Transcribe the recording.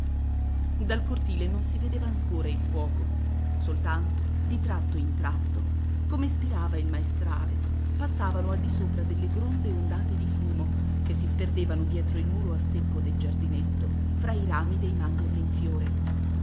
dal cortile non si vedeva ancora il fuoco soltanto di tratto in tratto come spirava il maestrale passavano al di sopra delle gronde ondate di fumo che si sperdevano dietro il muro a secco del giardinetto fra i rami dei mandorli in fiore